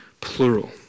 plural